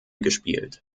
gespielt